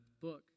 book